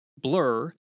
Blur